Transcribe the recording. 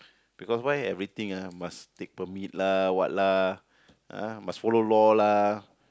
because why everything ah must take permit lah what lah ah must follow law lah